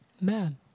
man